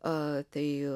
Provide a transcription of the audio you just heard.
a tai